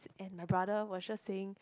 and my brother was just saying